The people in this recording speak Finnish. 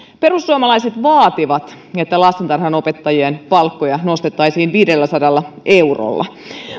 perussuomalaiset vaativat että lastentarhanopettajien palkkoja nostettaisiin viidelläsadalla eurolla